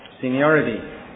seniority